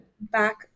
back